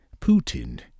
Putin